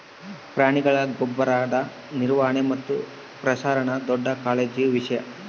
ಪ್ರಾಣಿಗಳ ಗೊಬ್ಬರದ ನಿರ್ವಹಣೆ ಮತ್ತು ಪ್ರಸರಣ ದೊಡ್ಡ ಕಾಳಜಿಯ ವಿಷಯ